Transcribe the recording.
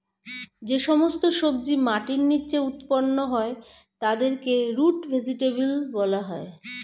যে সমস্ত সবজি মাটির নিচে উৎপন্ন হয় তাদেরকে রুট ভেজিটেবল বলা হয়